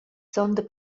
sonda